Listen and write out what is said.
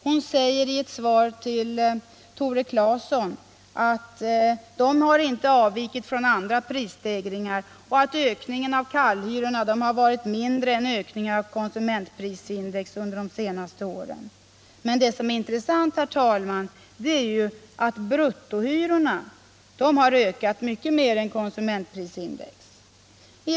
Hon sade i ett svar till Tore Claeson att de inte avvikit från andra prisstegringar och att ökningen av kallhyrorna har varit mindre än ökningen av kon sumentprisindex under senare år. Men det som är intressant, herr talman, är ju att bruttohyrorna har ökat mycket mer än konsumentprisindex.